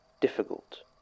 difficult